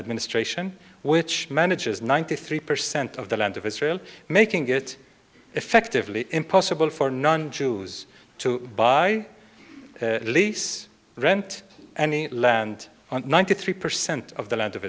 administration which manages ninety three percent of the land of israel making it effectively impossible for non jews to buy lease rent any land on ninety three percent of the land of